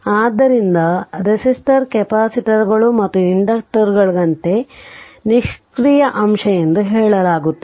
ಆದ್ದರಿಂದ ರೆಸಿಸ್ಟರ್ ಕೆಪಾಸಿಟರ್ಗಳು ಮತ್ತು ಇಂಡಕ್ಟರುಗಳಂತೆ ನಿಷ್ಕ್ರಿಯ ಅಂಶ ಎಂದು ಹೇಳಲಾಗುತ್ತದೆ